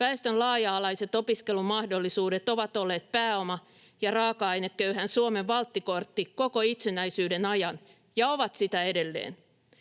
Väestön laaja-alaiset opiskelumahdollisuudet ovat olleet pääoma- ja raaka-aineköyhän Suomen valttikortti koko itsenäisyyden ajan ja ovat sitä edelleen.